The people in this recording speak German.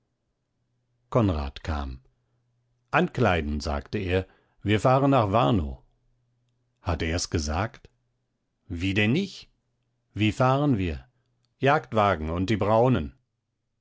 konrad kam ankleiden sagte er wir fahren nach warnow hat er's gesagt wie denn nich wie fahren wir jagdwagen und die braunen